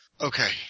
Okay